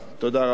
תודה רבה.